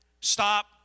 Stop